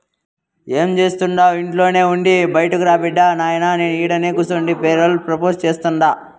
ఏం జేస్తండావు ఇంట్లోనే ఉండి బైటకురా బిడ్డా, నాయినా నేను ఈడనే కూసుండి పేరోల్ ప్రాసెస్ సేస్తుండా